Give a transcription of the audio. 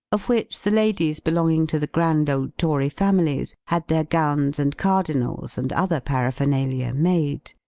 of which the ladies belonging to the grand old tory families had their gowns and cardinals, and other paraphernalia, made.